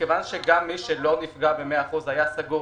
כיוון שגם מי שלא נפגע במאה אחוז והיה סגור,